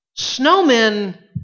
snowmen